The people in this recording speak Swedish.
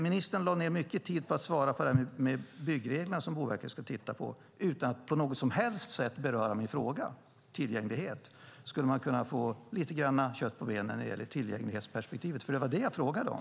Ministern lade ned mycket tid på att svara på det här med byggreglerna som Boverket ska titta på utan att på något som helst sätt beröra min fråga om tillgänglighet. Skulle man kunna få lite mer kött på benen när det gäller tillgänglighetsperspektivet? Det var det jag frågade om.